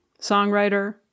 songwriter